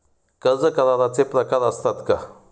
कर्ज कराराचे प्रकार असतात का?